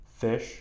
fish